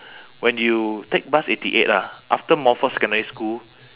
when you take bus eighty eight lah after montfort secondary school